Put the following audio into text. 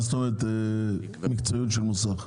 מה זאת אומרת "מקצועיות של מוסך"?